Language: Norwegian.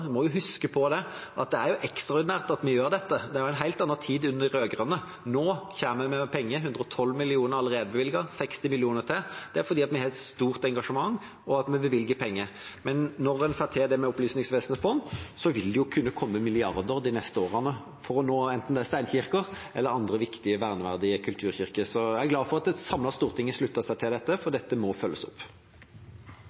må jo huske på det, og også at det er ekstraordinært at vi gjør dette, for det var en helt annen tid under de rød-grønne. Nå kommer vi med penger. 112 mill. kr er allerede bevilget, og det kommer 60 mill. kr til. Det er fordi vi har et stort engasjement at vi bevilger penger. Når en får til det med Opplysningsvesenets fond, vil det kunne komme milliarder de neste årene, for å nå enten steinkirker eller andre viktige verneverdige kulturkirker. Så jeg er glad for at et samlet storting har sluttet seg til dette, for